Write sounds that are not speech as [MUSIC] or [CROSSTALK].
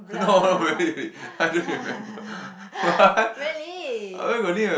blur [LAUGHS] really